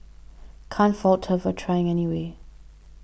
can't fault her for trying anyway